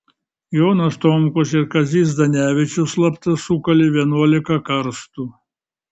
jonas tomkus ir kazys zdanevičius slapta sukalė vienuolika karstų